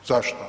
Zašto?